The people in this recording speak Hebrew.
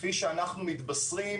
כפי שאנחנו מתבשרים,